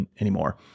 anymore